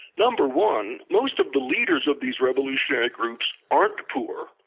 number one, most of the leaders of these revolutionary groups aren't poor.